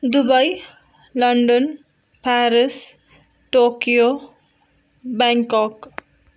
Dubai London Paris Tokyo Bangkok